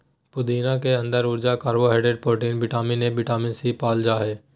पुदीना के अंदर ऊर्जा, carbohydrate, protein, vitamin A, vitamin C, पाल जा हइ